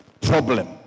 problem